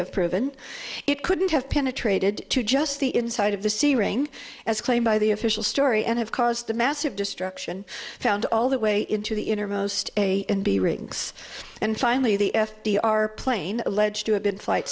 have proven it couldn't have penetrated to just the inside of the c ring as claimed by the official story and have caused the massive destruction found all the way into the innermost a and b rings and finally the f d r plane alleged to have been flight